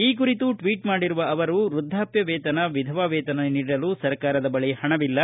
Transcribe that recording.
ಈ ಕುರಿತು ಟ್ವೀಟ್ ಮಾಡಿರುವ ಅವರು ವೃದ್ಧಾಷ್ಕ ವೇತನ ವಿಧವಾ ವೇತನ ನೀಡಲು ಸರ್ಕಾರದ ಬಳಿ ಹಣವಿಲ್ಲ